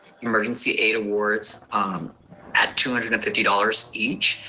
emergency aid awards at two hundred and fifty dollars each.